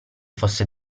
fosse